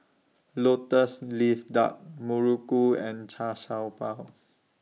Lotus Leaf Duck Muruku and Char Siew Bao